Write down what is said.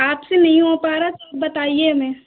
आपसे नहीं हो पा रहा तो बताइए हमें